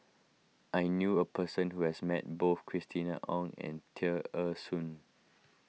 I knew a person who has met both Christina Ong and Tear Ee Soon